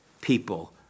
people